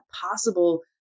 possible